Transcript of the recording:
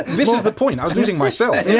this is the point, i was losing myself, yeah